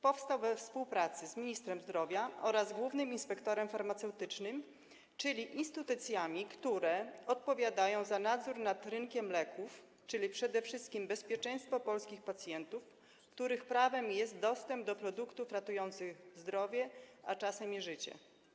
Powstał we współpracy z ministrem zdrowia oraz głównym inspektorem farmaceutycznym, czyli instytucjami, które odpowiadają za nadzór nad rynkiem leków, przede wszystkim bezpieczeństwem polskich pacjentów, których prawem jest dostęp do produktów ratujących zdrowie, a czasem i życie.